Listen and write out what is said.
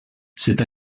cette